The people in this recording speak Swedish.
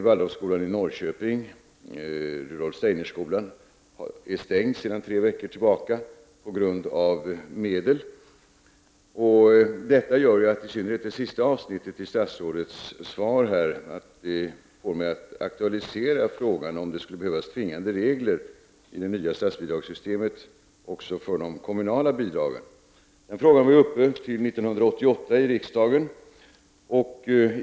Waldorfskolan i Norrköping, Rudolf Steinerskolan, är stängd sedan tre veckor tillbaka på grund av brist på medel. Detta gör att i synnerhet det sista avsnittet i statsrådets svar får mig att aktualisera frågan om det behövs tvingande regler i det nya statsbidragssystemet också för de kommunala bidragen. Den frågan var uppe 1988 här i riksdagen.